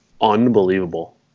unbelievable